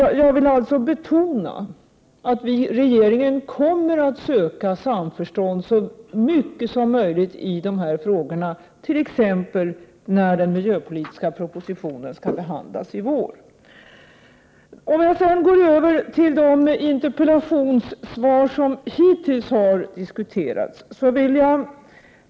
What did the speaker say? Jag vill betona att regeringen kommer att söka så mycket samförstånd som möjligt i dessa frågor, t.ex. när den miljöpolitiska propositionen skall behandlas i vår. Jag går så över till de interpellationssvar som hittills har diskuterats.